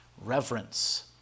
Reverence